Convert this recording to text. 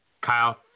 Kyle